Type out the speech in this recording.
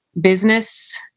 business